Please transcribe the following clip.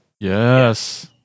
Yes